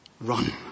run